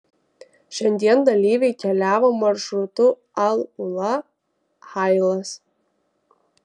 šiandien dalyviai keliavo maršrutu al ula hailas